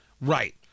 right